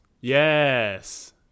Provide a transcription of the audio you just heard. yes